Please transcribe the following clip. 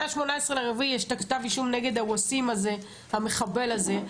מה-18.4 יש את כתב האישום נגד המחבל הזה,